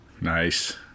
Nice